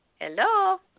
Hello